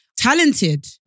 Talented